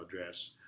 address